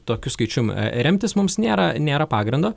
tokiu skaičium remtis mums nėra nėra pagrindo